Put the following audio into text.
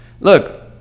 Look